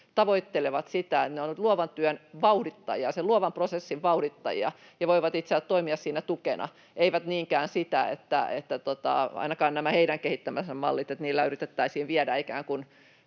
tavoittelevat sitä, että ne ovat luovan työn vauhdittajia, sen luovan prosessin vauhdittajia, ja voivat toimia siinä tukena, eivät niinkään, ainakaan nämä heidän kehittämänsä mallit, että niillä yritettäisiin viedä ikään kuin